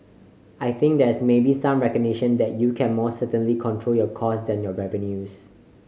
I think there's maybe some recognition that you can more certainly control your costs than your revenues